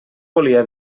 volia